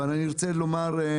אבל אני רוצה לומר,